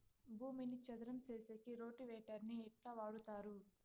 భూమిని చదరం సేసేకి రోటివేటర్ ని ఎట్లా వాడుతారు?